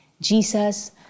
Jesus